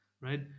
right